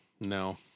No